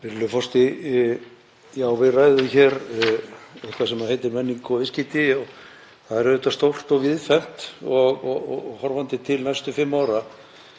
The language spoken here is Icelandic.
Við ræðum hér eitthvað sem heitir menning og viðskipti og það er auðvitað stórt og víðfeðmt horfandi til næstu fimm ára.